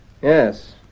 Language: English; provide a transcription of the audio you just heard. Yes